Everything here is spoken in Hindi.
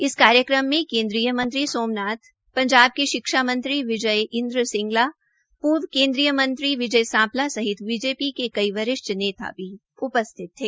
इस कार्यक्रम में केन्द्रीय मंत्री सोमनाथ पंजाब के शिक्षा मंत्री विजय इन्द्र सिंगला पूर्व केन्द्रीय मंत्री विजय सांपला सहित बीजेपी के कई वरिष्ठ नेता भी उपस्थित थे